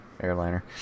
airliner